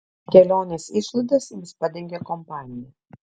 kelionės išlaidas jiems padengė kompanija